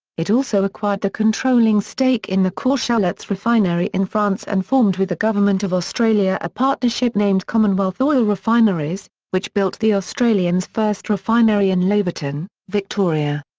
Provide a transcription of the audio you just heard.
it also acquired the controlling stake in the courchelettes refinery in france and formed with the government of australia a partnership named commonwealth oil refineries, which built the australian's first refinery in laverton, victoria.